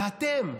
ואתם,